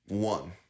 One